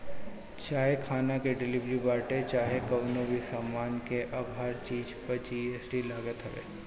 चाहे खाना के डिलीवरी बाटे चाहे कवनो भी सामान के अब हर चीज पे जी.एस.टी लागत हवे